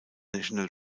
national